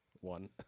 one